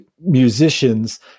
musicians